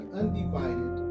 undivided